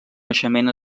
naixement